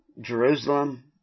Jerusalem